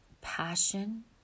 passion